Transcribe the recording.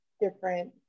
different